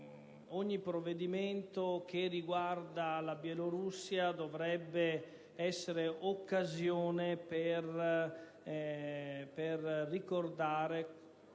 ogni provvedimento che riguarda la Bielorussia dovrebbe essere occasione per ricordare